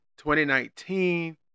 2019